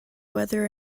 whether